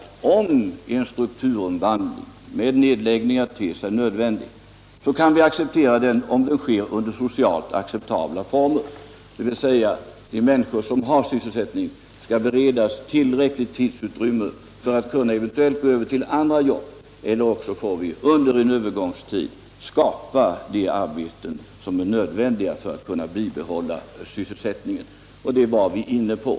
Ter sig en strukturomvandling med nedläggningar nödvändig, så kan vi acceptera den om den sker under socialt godtagbara former. De människor som har sysselsättning skall alltså beredas tillräckligt tidsutrymme för att eventuellt kunna gå över till andra jobb — eller också får vi under en övergångstid skapa de arbeten som är nödvändiga för att man skall kunna bibehålla sysselsättningen. Det var vi inne på.